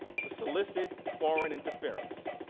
to solicit foreign interference.